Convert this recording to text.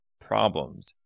problems